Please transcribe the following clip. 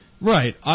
Right